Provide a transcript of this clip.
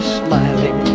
smiling